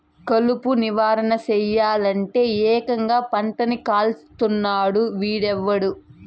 కలుపు నివారణ సెయ్యలంటే, ఏకంగా పంటని కాల్చేస్తున్నాడు వీడెవ్వడు